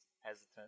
Hesitant